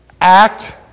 Act